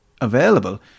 available